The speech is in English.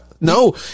no